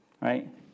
Right